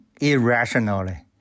irrationally